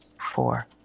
four